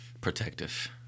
Protective